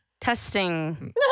Testing